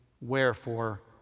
wherefore